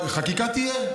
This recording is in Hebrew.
חקיקה תהיה?